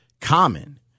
Common